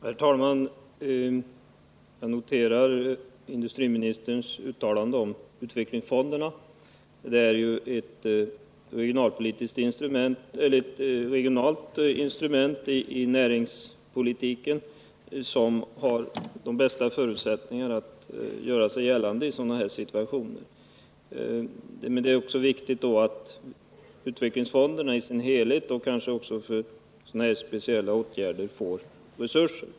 Herr talman! Jag noterar industriministerns uttalande om utvecklingsfonderna. Det är ju ett regionalt näringspolitiskt instrument, som har de bästa förutsättningar att komma till sin rätt i sådana här situationer. Men det är då också viktigt att utvecklingsfonderna får resurser, kanske också för sådana här speciella åtgärder.